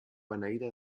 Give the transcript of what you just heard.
beneïda